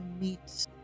meet